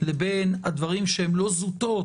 לבין הדברים שהם לא זוטות,